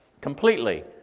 completely